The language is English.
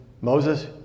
Moses